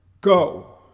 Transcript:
GO